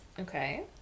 Okay